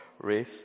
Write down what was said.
race